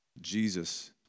Jesus